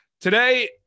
Today